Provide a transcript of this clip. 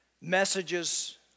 Messages